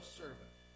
servant